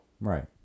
Right